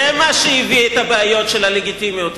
זה מה שהביא את הבעיות של הלגיטימיות היום.